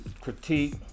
critique